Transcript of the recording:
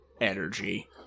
energy